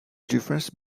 difference